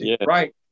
Right